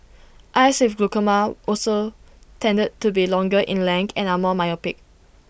eyes with glaucoma also tended to be longer in length and are more myopic